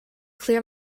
clear